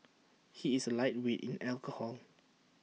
he is A lightweight in alcohol